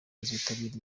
kuzitabira